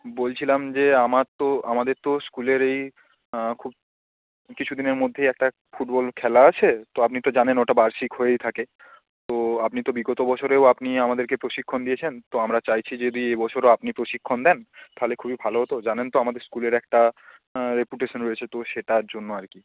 বলছিলাম যে আমার তো আমাদের তো স্কুলের এই খুব কিছু দিনের মধ্যেই একটা ফুটবল খেলা আছে তো আপনি তো জানেন ওটা বার্ষিক হয়েই থাকে তো আপনি তো বিগত বছরেও আপনি আমাদেরকে প্রশিক্ষণ দিয়েছেন তো আমরা চাইছি যদি এ বছরও আপনি প্রশিক্ষণ দেন তাহলে খুবই ভালো হতো জানেন তো আমাদের স্কুলের একটা রেপুটেশান রয়েছে তো সেটার জন্য আর কি